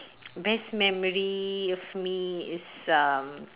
best memory of me is um